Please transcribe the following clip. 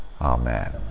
Amen